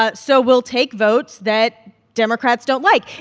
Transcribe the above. ah so we'll take votes that democrats don't like.